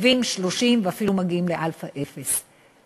70 30, ואפילו מגיעים לאלפא אפס,